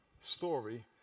story